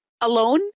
alone